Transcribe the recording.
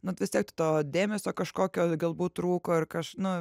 nu vis tiek to dėmesio kažkokio galbūt trūko ir kas nu